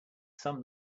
some